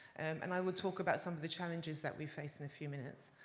and i will talk about some of the challenges that we face in a few minutes.